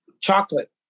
chocolate